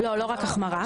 לא רק החמרה.